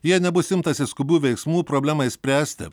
jei nebus imtasi skubių veiksmų problemai spręsti